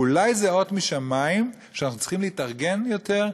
אולי זה אות משמים שאנחנו צריכים להתארגן יותר,